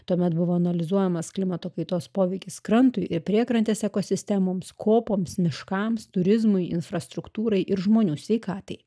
tuomet buvo analizuojamas klimato kaitos poveikis krantui ir priekrantės ekosistemoms kopoms miškams turizmui infrastruktūrai ir žmonių sveikatai